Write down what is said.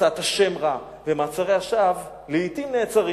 והוצאת השם רע, ומעצרי השווא, לעתים נעצרים.